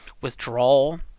withdrawal